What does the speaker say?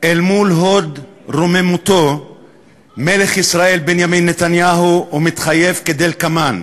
אל מול הוד רוממותו מלך ישראל בנימין נתניהו ומתחייב כדלקמן: